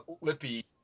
Lippy